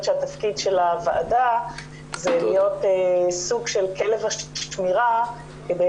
שהתפקיד של הוועדה זה להיות סוג של כלב השמירה כדי